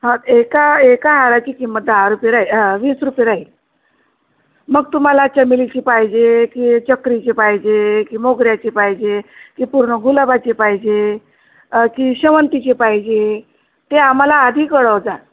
हां एका एका हाराची किंमत दहा रुपये राय वीस रुपये राहील मग तुम्हाला चमेलीची पाहिजे की चक्रीची पाहिजे की मोगऱ्याची पाहिजे की पूर्ण गुलाबाची पाहिजे की शेवंतीची पाहिजे ते आम्हाला आधी कळव जा